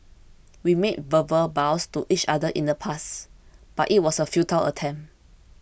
we made verbal vows to each other in the past but it was a futile attempt